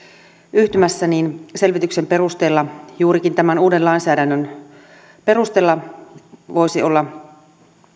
yhtymässä niin selvityksen perusteella juurikin tämän uuden lainsäädännön perusteella voisi olla